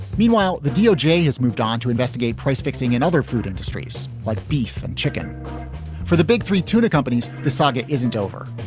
meanwhile, the doj has moved on to investigate price fixing and other food industries like beef and chicken for the big three tuna companies. the saga isn't over.